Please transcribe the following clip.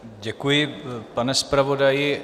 Děkuji, pane zpravodaji.